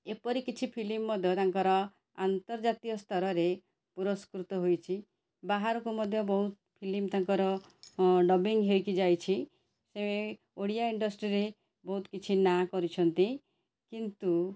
ଏପରି କିଛି ଫିଲ୍ମ୍ ମଧ୍ୟ ତାଙ୍କର ଆନ୍ତର୍ଜାତୀୟ ସ୍ତରରେ ପୁରସ୍କୃତ ହୋଇଛି ବାହାରକୁ ମଧ୍ୟ ଫିଲ୍ମ୍ ତାଙ୍କର ଡବିଂ ହେଇକି ଯାଇଛି ସେ ଓଡ଼ିଆ ଇଣ୍ଡଷ୍ଟ୍ରିରେ ବହୁତ କିଛି ନାଁ କରିଛନ୍ତି କିନ୍ତୁ